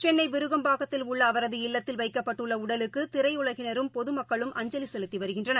சென்னைவிருகம்பாக்கத்தில் உள்ள அவரது இல்லத்தில் வைக்கப்பட்டுள்ளஉடலுக்குதிரையுலகினரும் பொதுமக்களும் அஞ்சலிசெலுத்திவருகின்றனர்